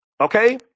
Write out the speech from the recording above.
Okay